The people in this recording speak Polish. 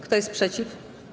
Kto jest przeciw?